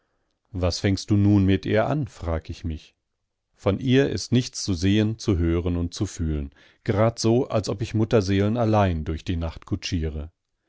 was fängst du nun mit ihr an frag ich mich von ihr ist nichts zu sehen zu hören und zu fühlen gerad so als ob ich mutterseelenallein durch die nacht kutschiere